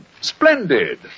Splendid